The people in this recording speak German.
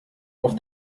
auf